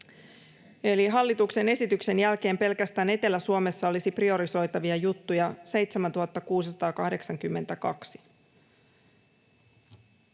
eli hallituksen esityksen jälkeen pelkästään Etelä-Suomessa olisi priorisoitavia juttuja 7 682,